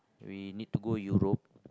we need to go Europe